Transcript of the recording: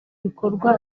bikorwa